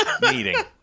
meeting